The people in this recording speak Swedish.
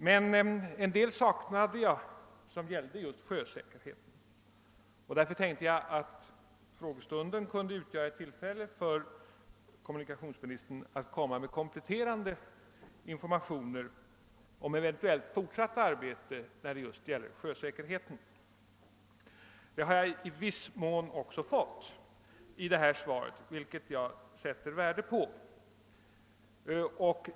Men en del saknade jag som gällde just sjösäkerheten, och därför tänkte jag att frågestunden kunde utgöra ett tillfälle för kommunikationsministern att lämna kompletterande informationer om eventuellt fortsatt arbete när det gäller just sjösäkerheten. k I viss mån har jag också fått ytter ligare informationer i svaret, vilket jag sätter värde på.